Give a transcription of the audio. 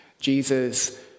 Jesus